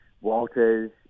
Walters